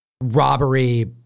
robbery